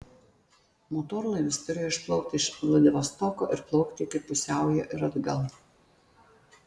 motorlaivis turėjo išplaukti iš vladivostoko ir plaukti iki pusiaujo ir atgal